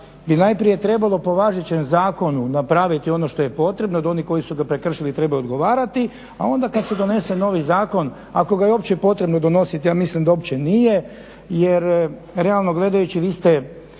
bi najprije trebalo po važećem zakonu napraviti ono što je potrebno i da oni koji su ga prekršili trebaju odgovarati, a onda kad se donese novi zakon, ako ga je uopće potrebno donositi. Ja mislim da uopće nije, jer realno gledajući vi ste